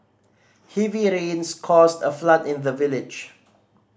heavy rains caused a flood in the village